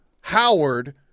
Howard